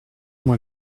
moi